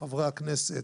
חברי הכנסת,